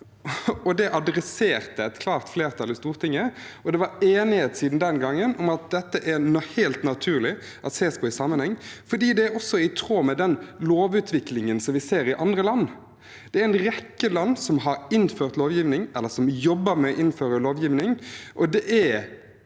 Det tok et klart flertall i Stortinget opp, og det har vært enighet siden den gangen om at det er helt naturlig at dette ses i sammenheng fordi det også er i tråd med den lovutviklingen vi ser i andre land. Det er en rekke land som har innført lovgivning, eller som jobber med å innføre lovgivning,